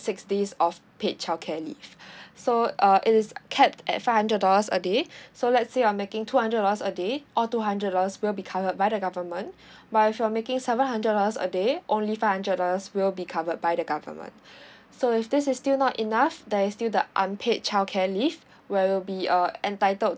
six days of paid childcare leave so uh it is capped at five hundred dollars a day so let's say you're making two hundred dollars a day all two hundred dollars will be covered by the government but if you're making seven hundred dollars a day only five hundred dollars will be covered by the government so if this is still not enough there is still the unpaid childcare leave where will be uh entitled